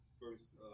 first